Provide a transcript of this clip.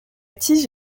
tige